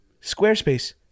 Squarespace